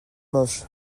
hamoche